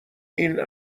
این